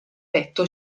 petto